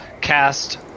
cast